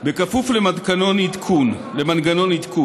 בכפוף למנגנון עדכון.